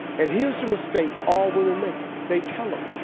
and here's the mistake all women make they tell him.